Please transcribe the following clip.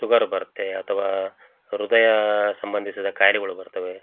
sugar ಬರುತ್ತೆ ಅಥವಾ ಹೃದಯ ಸಂಬಂಧಿಸಿದ ಖಾಯ್ಲೆಗಳು ಬರ್ತವೆ